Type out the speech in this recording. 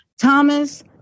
Thomas